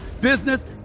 business